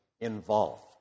involved